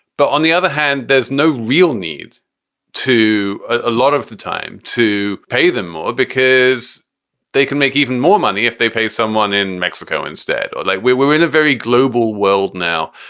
but on the other hand, there's no real need to a lot of the time to pay them more because they can make even more money if they pay someone in mexico instead or like we're we're in a very global world now.